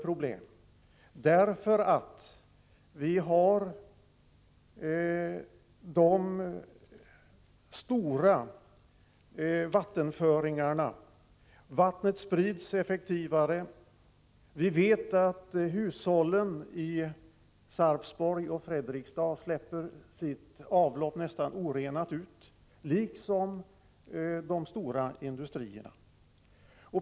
Vattenföringarna är stora, och vattnet sprids effektivare. Vi vet att hushållen i Sarpsborg och Fredrikstad släpper ut sitt avloppsvatten nästan orenat, liksom de stora industrierna.